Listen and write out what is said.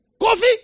Coffee